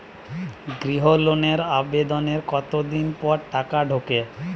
গৃহ লোনের আবেদনের কতদিন পর টাকা ঢোকে?